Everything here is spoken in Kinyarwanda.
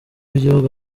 igihugu